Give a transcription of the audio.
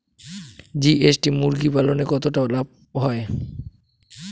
GST মুরগি পালনে কতটা লাভ হয়?